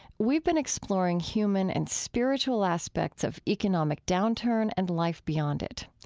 we've been exploring human and spiritual aspects of economic downturn and life beyond it.